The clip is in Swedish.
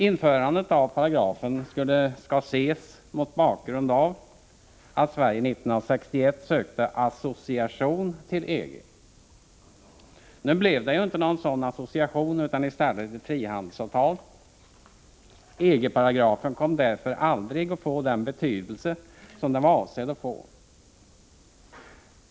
Införandet av paragrafen skall ses mot bakgrund av att Sverige år 1961 hade sökt association med EG. Nu blev det ju inte någon sådan association, utan i stället ett frihandelsavtal. EG-paragrafen kom därför aldrig att få den betydelse som den var avsedd att få.